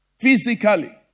Physically